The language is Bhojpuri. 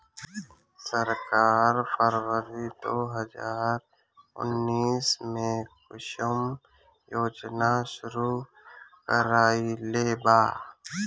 सरकार फ़रवरी दो हज़ार उन्नीस में कुसुम योजना शुरू कईलेबा